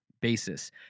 basis